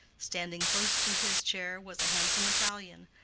standing close to his chair was a handsome italian,